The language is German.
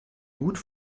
gut